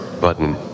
Button